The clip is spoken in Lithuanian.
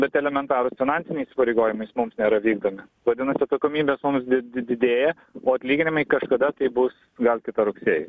bet elementarūs finansiniai įsipareigojimai jie mums nėra vykdomi vadinasi atsakomybės mums di didėja o atlyginimai kažkada tai bus gal kitą rugsėjį